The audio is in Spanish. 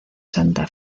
santa